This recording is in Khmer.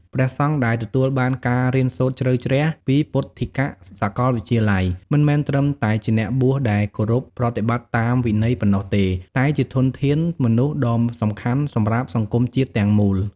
ព្រះសង្ឃដែលទទួលបានការរៀនសូត្រជ្រៅជ្រះ ពីពុទ្ធិកសាកលវិទ្យាល័យ មិនមែនត្រឹមតែជាអ្នកបួសដែលគោរពប្រតិបត្តិតាមវិន័យប៉ុណ្ណោះទេ តែជាធនធានមនុស្សដ៏សំខាន់សម្រាប់សង្គមជាតិទាំងមូល។